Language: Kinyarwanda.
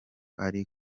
ari